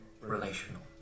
relational